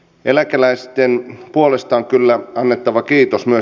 eläkeläisille on kyllä annettava kiitos myös